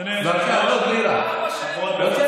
בבקשה, לא צריך